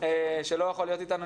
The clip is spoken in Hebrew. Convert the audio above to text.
שלא יכול להיות איתנו,